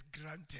granted